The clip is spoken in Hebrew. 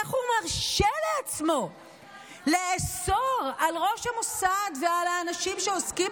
איך הוא מרשה לעצמו לאסור על ראש המוסד ועל האנשים שעוסקים